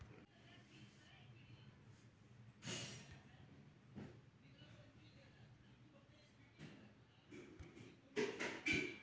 शेतात कीटकनाशके आणि खतांच्या द्रावणाची फवारणी करण्यासाठी फवारणी यंत्रांचा वापर केला जातो